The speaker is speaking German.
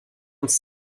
uns